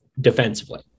defensively